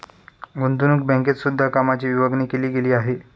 गुतंवणूक बँकेत सुद्धा कामाची विभागणी केली गेली आहे